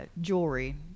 jewelry